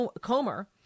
Comer